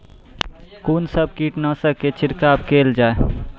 कून सब कीटनासक के छिड़काव केल जाय?